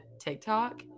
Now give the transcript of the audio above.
TikTok